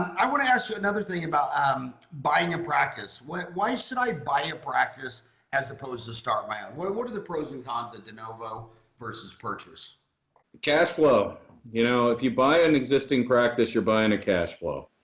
i want to ask you another thing about um buying a practice what why should i buy a practice as opposed to start my own what are what are the pros and cons of de novo versus purchase. corey cash flow you know if you buy an existing practice you're buying a and cash flow.